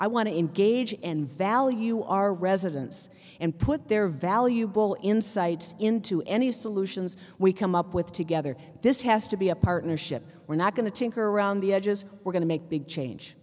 to engage and value our residents and put their valuable insights into any solutions we come up with together this has to be a partnership we're not going to tinker around the edges we're going to make big change